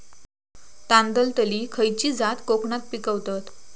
तांदलतली खयची जात कोकणात पिकवतत?